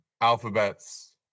Alphabet's